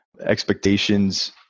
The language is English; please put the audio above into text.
expectations